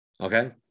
Okay